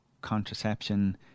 contraception